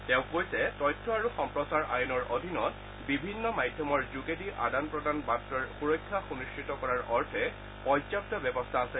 তেওঁ কৈছে তথ্য আৰু সম্প্ৰচাৰ আইনৰ অধীনত বিভিন্ন মাধ্যমৰ যোগেদি আদান প্ৰদান কৰা বাৰ্তাৰ সুৰক্ষা সুনিশ্চিত কৰাৰ অৰ্থে পৰ্যাপ্ত ব্যৱস্থা আছে